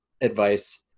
advice